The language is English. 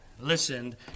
listened